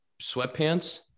sweatpants